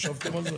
חשבתם על זה?